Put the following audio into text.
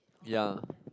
ya